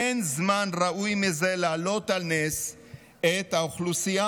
אין זמן ראוי מזה להעלות על נס את האוכלוסייה